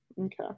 Okay